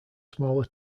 smaller